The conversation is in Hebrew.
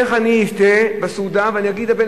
איך אני אשתה בסעודה ואני אגיד לבן?